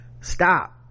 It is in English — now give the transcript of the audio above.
stop